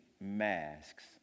masks